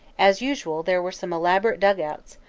as usual there were some elaborate dug-outs,